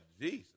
Jesus